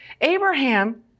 Abraham